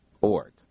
.org